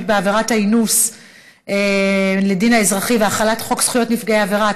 בעבירת האינוס לדין האזרחי והחלת חוק זכויות נפגעי עבירה),